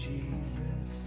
Jesus